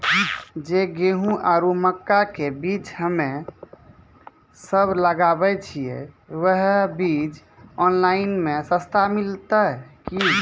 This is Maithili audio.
जे गेहूँ आरु मक्का के बीज हमे सब लगावे छिये वहा बीज ऑनलाइन मे सस्ता मिलते की?